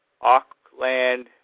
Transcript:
Auckland